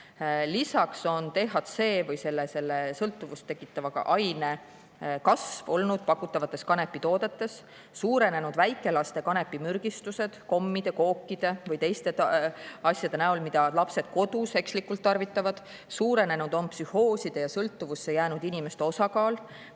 Lisaks on THC või selle sõltuvust tekitava aine kasvuga pakutavates kanepitoodetes suurenenud väikelaste kanepimürgistused kommide, kookide või teiste asjade näol, mida lapsed kodus ekslikult tarvitavad. Suurenenud on psühhooside ja sõltuvusse jäänud inimeste osakaal,